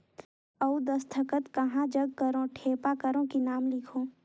अउ दस्खत कहा जग करो ठेपा करो कि नाम लिखो?